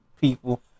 people